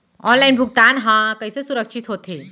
Online भुगतान हा कइसे सुरक्षित होथे?